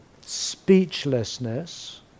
speechlessness